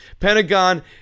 Pentagon